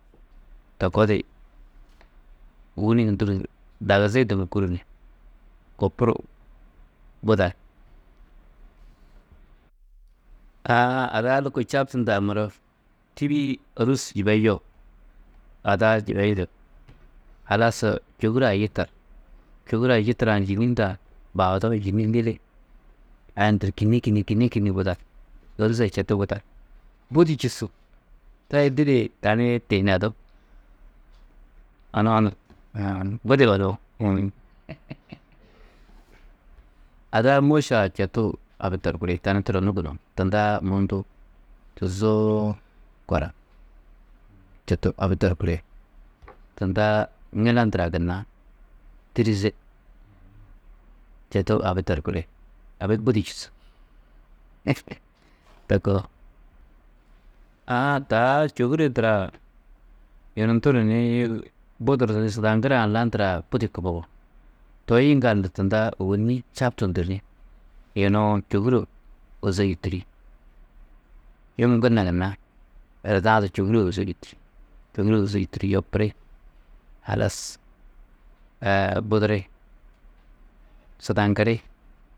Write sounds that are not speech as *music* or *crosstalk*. To koo di wûni hûnduru ni dagizi-ĩ du mûkuru ni kopuru budar. Aã ada-ã lôko čabtundã muro tîbi-ĩ ôrus yibeyuo, ada-ã yibeyundu, halas čôhure-ã yitar, čôhure-ã yiturã yîni hundã bahudo, yîni lili, a nduru kînni, kînnii budar, ôrus-ã četu budar. Budi čûsu, toi didi tani tihinedú. Onou nu uũ, budi onou uũ, *noise* ada-ã môše-ã četu abi torkiri, tani turonnu gunú, tunda mundu, tuzoo kora četu abi torkiri, tunda ŋila ndurã gunna tîrize, četu abi torkuri, abi budi čûsu, *noise* to koo. Aã taa čôhure ndurã yunu nduru ni buduru sudaŋgurã landurã budi kubogo toi yiŋgaldu tunda ôwonni čabtudundu ni yunu čôhuro ôzo yûturi. Yum gunna, gunna eredu-ã du čôhuro ôzo yûturi, čôhuro ôzo yûturi yopuri, halas aa, buduri, sudaŋgiri.